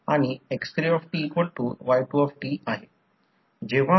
त्याचप्रमाणे Im करंटमधील magnetise no load flux तयार करण्यासाठी जबाबदार आहे